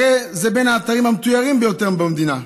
הרי זה בין האתרים המתוירים ביותר במדינה,